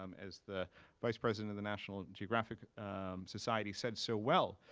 um as the vice president of the national geographic society said so well,